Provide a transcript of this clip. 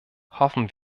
hoffen